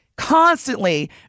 constantly